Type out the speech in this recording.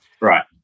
Right